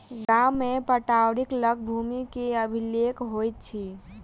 गाम में पटवारीक लग भूमि के अभिलेख होइत अछि